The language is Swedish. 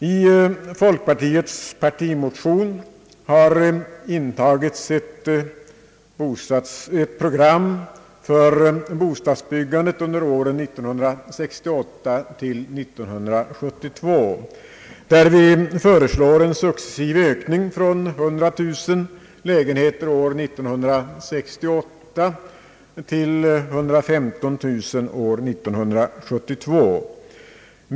I folkpartiets partimotion har intagits ett program för bostadsbyggandet under åren 1968—1972, där vi föreslår en successiv ökning från 100 000 lägenheter år 1968 till 115 000 år 1972.